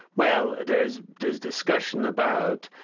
well, there's there's discussion about,